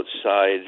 outside